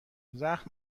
زخم